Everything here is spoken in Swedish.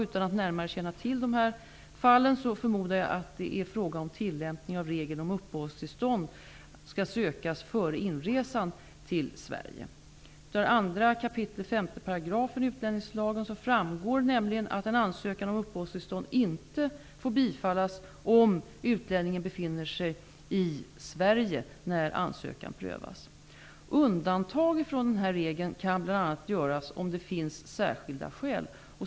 Utan att närmare känna till dessa fall, förmodar jag att det är fråga om tillämpningen av regeln att uppehållstillstånd skall sökas före inresan till Sverige. Av 2 kap. 5 § utlänningslagen framgår nämligen att en ansökan om uppehållstillstånd inte får bifallas om utlänningen befinner sig i Sverige när ansökan prövas. Undantag från denna regel kan bl.a. göras om det finns särskilda skäl.